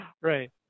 right